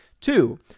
Two